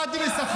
לא הורדתי בשכר.